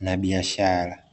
na biashara.